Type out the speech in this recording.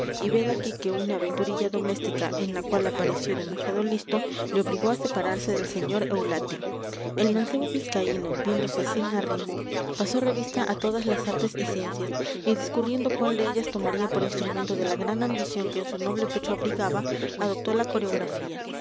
y ved aquí que una aventurilla doméstica en la cual apareció demasiado listo le obligó a separarse del sr eulate el mancebo vizcaíno viéndose sin arrimo pasó revista a todas las artes y ciencias y discurriendo cuál de ellas tomaría por instrumento de la gran ambición que en su noble pecho abrigaba adoptó la coreografía